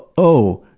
oh,